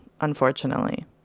unfortunately